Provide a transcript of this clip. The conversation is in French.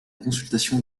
consultation